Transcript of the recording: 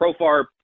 Profar